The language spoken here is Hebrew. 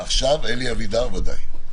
אלי אבידר, ודאי.